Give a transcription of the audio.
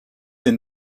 wir